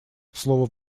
слова